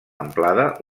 amplada